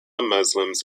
muslims